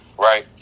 right